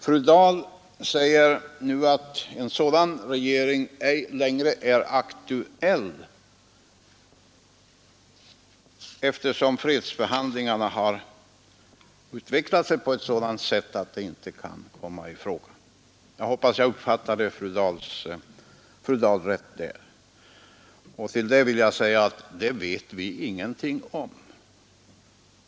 Fru Dahl säger nu att en sådan regering inte längre är aktuell, eftersom fredsförhandlingarna har utvecklat sig på sådant sätt att det inte kan komma i fråga. Jag hoppas att jag där uppfattade fru Dahl rätt. Och då vill jag säga, att om det vet vi ingenting.